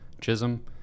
Chisholm